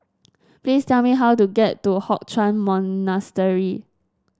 please tell me how to get to Hock Chuan Monastery